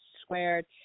squared